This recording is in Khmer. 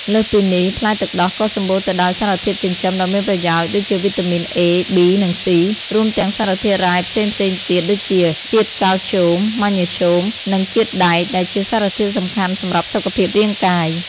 លើសពីនេះ ផ្លែទឹកដោះក៏សម្បូរទៅដោយសារធាតុចិញ្ចឹមដ៏មានប្រយោជន៍ដូចជាវីតាមីន A, B, និង C រួមទាំងសារធាតុរ៉ែផ្សេងៗទៀតដូចជាជាតិកាល់ស្យូម ម៉ាញ៉េស្យូម និងជាតិដែក ដែលជាសារធាតុសំខាន់សម្រាប់សុខភាពរាងកាយ។